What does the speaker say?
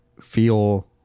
feel